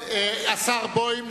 השר בוים,